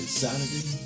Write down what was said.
Saturday